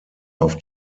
auf